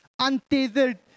untethered